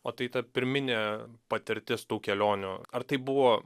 o tai ta pirminė patirtis tų kelionių ar tai buvo